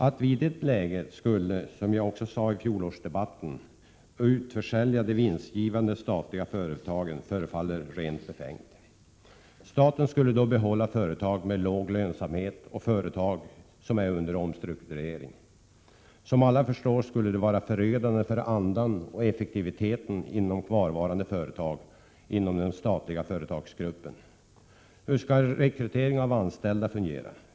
Att vii det läget skulle — som jag också sade i fjolårsdebatten — utförsälja de vinstgivande statliga företagen förefaller vara rent befängt. Staten skulle då behålla företag med låg lönsamhet och företag som är under omstrukturering. Som alla förstår skulle det vara förödande för andan och effektiviteten inom kvarvarande företag inom den statliga företagsgruppen. Hur skall rekrytering av anställda fungera?